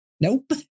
Nope